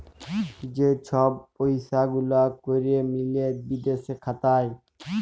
যে ছব পইসা গুলা ক্যরে মিলে বিদেশে খাতায়